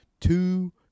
two